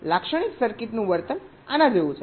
તેથી લાક્ષણિક સર્કિટનું વર્તન આના જેવું છે